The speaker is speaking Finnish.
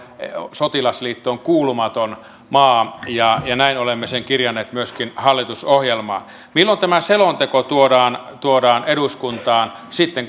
sotilasliittoon kuulumaton maa ja ja näin olemme sen kirjanneet myöskin hallitusohjelmaan milloin tämä selonteko tuodaan tuodaan eduskuntaan sitten